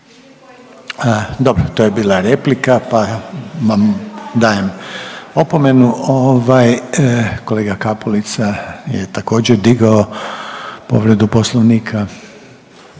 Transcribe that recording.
Dobro. To je bila replika, pa moram dati opomenu. Kolegice Peović i vi ste digli povredu Poslovnika.